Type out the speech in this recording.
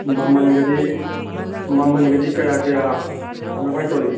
ꯃꯃꯟꯒꯗꯤ ꯃꯃꯟꯒꯗꯤ ꯀꯌꯥ ꯀꯌꯥ ꯀꯃꯥꯏ ꯀꯃꯥꯏ ꯇꯧꯔꯤꯕ